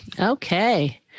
Okay